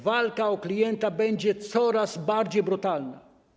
Walka o klienta będzie coraz bardziej brutalna.